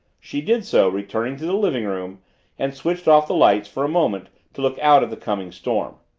she did so, returned to the living-room and switched off the lights for a moment to look out at the coming storm.